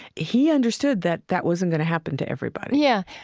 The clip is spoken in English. he understood that that wasn't going to happen to everybody yeah,